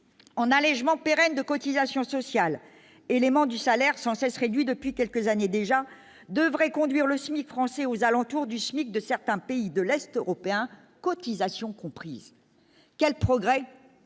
en allégement pérenne de cotisations sociales, élément du salaire sans cesse réduits depuis quelques années déjà, devrait conduire le SMIC français aux alentours du SMIC, de certains pays de l'Est européen cotisations comprises, quel progrès